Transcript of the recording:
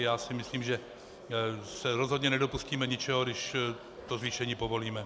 Já si myslím, že se rozhodně nedopustíme ničeho, když to zvýšení povolíme.